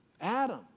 Adam